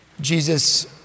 Jesus